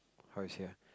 how you say ah